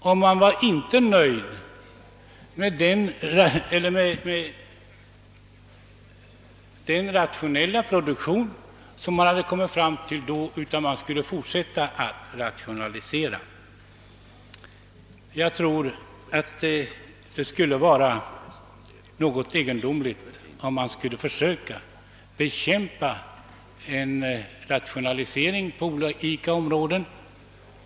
Man var emellertid inte nöjd med det resultat som man dittills kommit fram till utan ämnade fortsätta att rationalisera. Det skulle vara egendomligt om man skulle försöka bekämpa en rationalisering på olika områden.